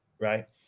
Right